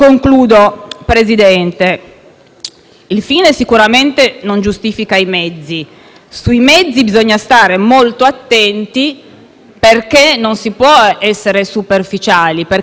il fine sicuramente non giustifica i mezzi. Sui mezzi bisogna stare molto attenti perché non si può essere superficiali perché le mafie moderne non lo sono.